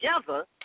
together